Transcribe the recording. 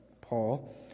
Paul